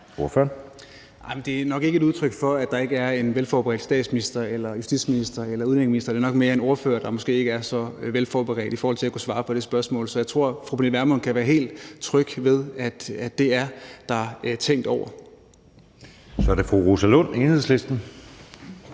Det er nok ikke et udtryk for, at der ikke er en velforberedt statsminister, justitsminister eller udlændingeminister; det er nok mere en ordfører, der måske ikke er så velforberedt i forhold til at kunne svare på det spørgsmål. Så jeg tror, at fru Pernille Vermund kan være helt tryg ved, at det er der tænkt over. Kl. 14:45 Anden næstformand